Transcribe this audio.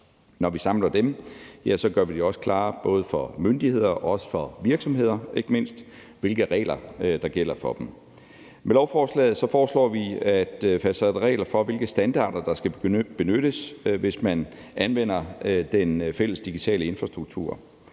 Når vi samler dem, gør vi det også klart for både myndigheder og ikke mindst virksomheder, hvilke regler der gælder for dem. Med lovforslaget foreslår vi, at der fastsættes regler for, hvilke standarder der skal benyttes, hvis man anvender den fælles digitale infrastruktur.